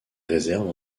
réserves